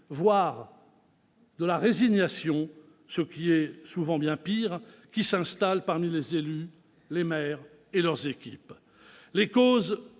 voire de la résignation- ce qui est souvent bien pire -, qui s'installe parmi les élus, les maires et leurs équipes. Les causes